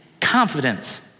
confidence